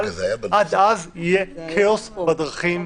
עד אז יהיה כאוס בדרכים,